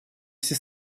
все